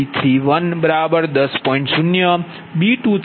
5 G13 G311 10